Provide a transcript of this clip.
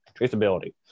traceability